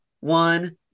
one